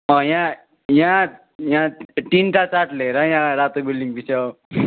यहाँ यहाँ यहाँ तिनवटा चाट लिएर यहाँ रातो बिल्डिङ पछि